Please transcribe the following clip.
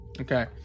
Okay